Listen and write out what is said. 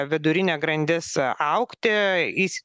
vidurinė grandis augti įs